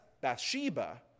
Bathsheba